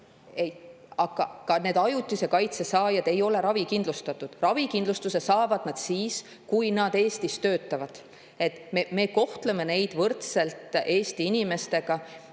need ajutise kaitse saanud ei ole ravikindlustatud, ravikindlustuse saavad nad siis, kui nad Eestis töötavad. Me kohtleme neid võrdselt Eesti inimestega.